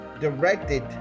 directed